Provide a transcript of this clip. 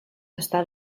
està